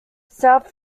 south